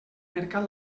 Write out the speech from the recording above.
mercat